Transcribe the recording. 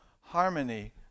harmony